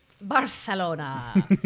Barcelona